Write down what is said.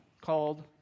called